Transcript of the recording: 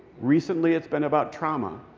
recently, it's been about trauma.